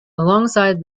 alongside